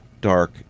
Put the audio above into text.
dark